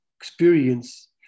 experience